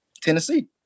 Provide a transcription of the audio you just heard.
Tennessee